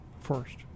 first